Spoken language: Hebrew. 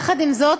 עם זאת,